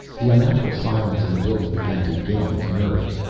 the unnatural silence in the building began to get on his nerves.